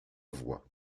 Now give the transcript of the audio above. voix